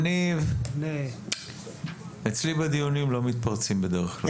יניב, יניב, אצלי בדיונים לא מתפרצים בדרך כלל.